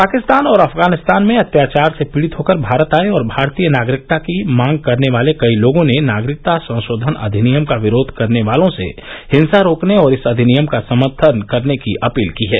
पाकिस्तान और अफगानिस्तान में अत्याचार से पीड़ित होकर भारत आए और भारतीय नागरिकता की मांग करने वाले कई लोगों ने नागरिकता संशोधन अधिनियम का विरोध करने वालों से हिंसा रोकने और इस अधिनियम का समर्थन करने की अपील की है